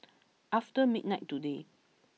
after midnight today